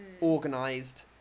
organized